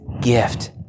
gift